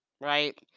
right